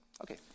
okay